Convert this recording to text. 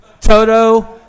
Toto